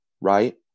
right